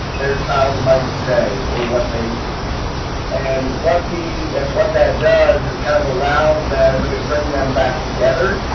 their child might say or what they see and what be and what that does is kind of allows them and then we bring them back together.